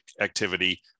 activity